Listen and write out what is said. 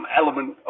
element